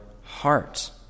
heart